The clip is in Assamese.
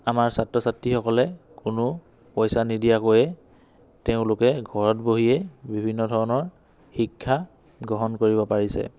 আমাৰ ছাত্ৰ ছাত্ৰীসকলে কোনো পইচা নিদিয়াকৈয়ে তেওঁলোকে ঘৰত বহিয়েই বিভিন্ন ধৰণৰ শিক্ষা গ্ৰহণ কৰিব পাৰিছে